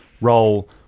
role